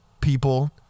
people